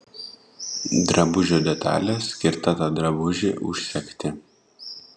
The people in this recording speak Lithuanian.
drabužio detalė skirta tą drabužį užsegti